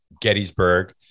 Gettysburg